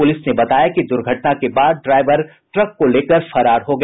police ने बताया कि दुर्घटना के बाद ड्राईवर ट्रक को लेकर फरार हो गया